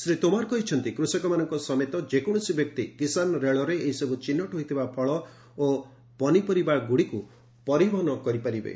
ଶ୍ରୀ ତୋମାର କହିଛନ୍ତି କୃଷକମାନଙ୍କ ସମେତ ଯେକୌଣସି ବ୍ୟକ୍ତି କିଶାନ ରେଳରେ ଏହିସବୂ ଚିହ୍ନଟ ହୋଇଥିବା ଫଳ ଓ ପନିପରିବା ଗୁଡ଼ିକୁ ପରିବହନ କରିପାରିବେ